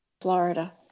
Florida